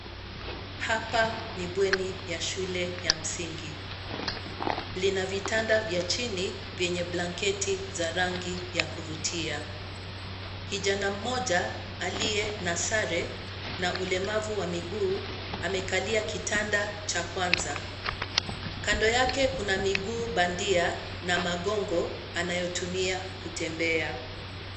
Hapa ni bweni ya shule ya msingi, lina vitanda vya chini, vyenye blanketi za rangi ya kuvutia, kijana mmoja, aliye na sare, na ulemavu wa miguu, amekalia kitanda cha kwanza, kando yake kuna miguu bandia, na magongo, anayotumia, kutembea.